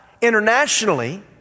internationally